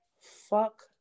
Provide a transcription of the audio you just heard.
fuck